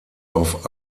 auf